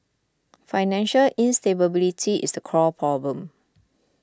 financial instability is the core problem